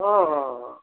हाँ हाँ हाँ